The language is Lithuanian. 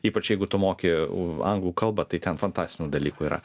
ypač jeigu tu moki anglų kalbą tai ten fantastinių dalykų yra